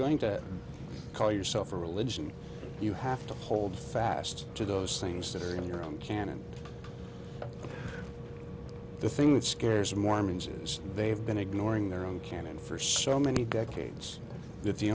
going to call yourself a religion you have to hold fast to those things that are in your own canon the thing that scares mormons is they have been ignoring their own canon for so many decades that the